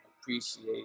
appreciate